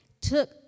took